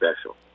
special